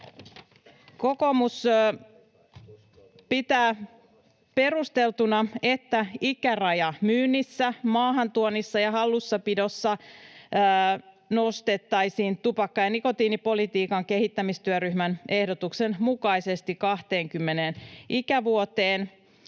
Kokoomus pitää perusteltuna, että ikäraja myynnissä, maahantuonnissa ja hallussapidossa nostettaisiin tupakka- ja nikotiinipolitiikan kehittämistyöryhmän ehdotuksen mukaisesti 20 ikävuoteen.